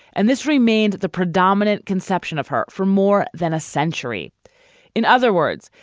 and this remained the predominant conception of her for more than a century in other words,